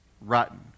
rotten